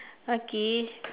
okay